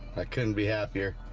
i couldn't be happier